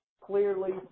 clearly